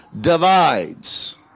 divides